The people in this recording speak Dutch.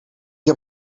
heb